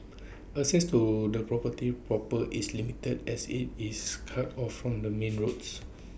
access to the property proper is limited as IT is cut off from the main roads